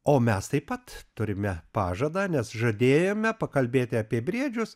o mes taip pat turime pažadą nes žadėjome pakalbėti apie briedžius